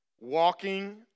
walking